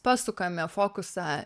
pasukame fokusą